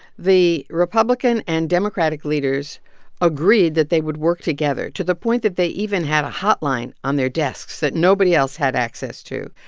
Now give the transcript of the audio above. the republican and democratic leaders agreed that they would work together to the point that they even had a hotline on their desks that nobody else had access to.